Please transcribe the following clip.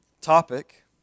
topic